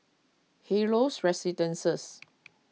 Helios Residences